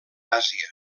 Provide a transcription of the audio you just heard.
àsia